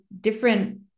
different